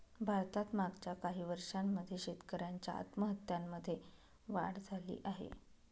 भारतात मागच्या काही वर्षांमध्ये शेतकऱ्यांच्या आत्महत्यांमध्ये वाढ झाली आहे